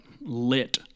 lit